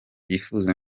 yifuza